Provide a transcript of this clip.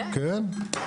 כן.